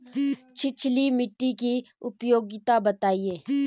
छिछली मिट्टी की उपयोगिता बतायें?